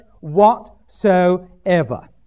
whatsoever